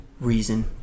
reason